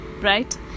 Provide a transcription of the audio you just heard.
Right